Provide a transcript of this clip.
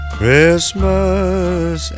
Christmas